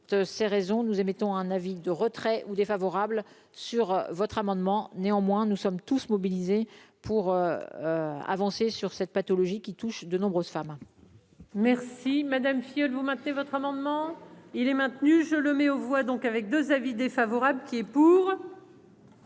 pour tous ces raisons nous émettons un avis de retrait ou défavorable sur votre amendement, néanmoins, nous sommes tous mobilisés pour avancer sur cette pathologie qui touche de nombreuses femmes. Merci madame vous maintenez votre amendement, il est maintenu, je le mets aux voix donc avec 2 avis défavorable qui est pour.